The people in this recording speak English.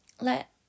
let